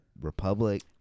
republic